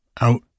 out